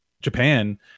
Japan